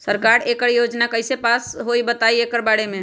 सरकार एकड़ योजना कईसे पास होई बताई एकर बारे मे?